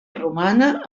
romana